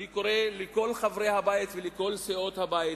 אני קורא לכל חברי הבית ולכל סיעות הבית